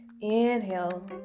Inhale